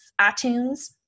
iTunes